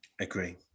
agree